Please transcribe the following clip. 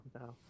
no